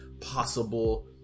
possible